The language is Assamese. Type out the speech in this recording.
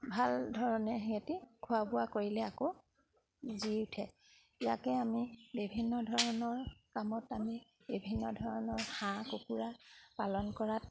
ভালধৰণে সিহঁতি খোৱা বোৱা কৰিলে আকৌ জি উঠে ইয়াকে আমি বিভিন্ন ধৰণৰ কামত আমি বিভিন্ন ধৰণৰ হাঁহ কুকুৰা পালন কৰাত